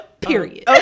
Period